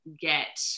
get